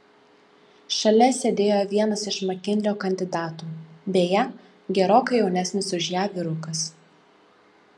šalia sėdėjo vienas iš makinlio kandidatų beje gerokai jaunesnis už ją vyrukas